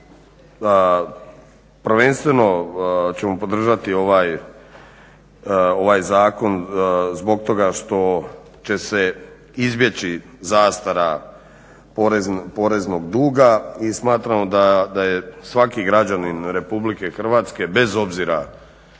prvenstveno ćemo podržati ovaj zakon zbog toga što će se izbjeći zastara poreznog duga i smatramo da je svaki građanin RH bez obzira